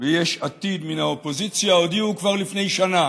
ויש עתיד מן האופוזיציה הודיעו כבר לפני שנה